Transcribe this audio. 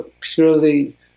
purely